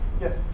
Yes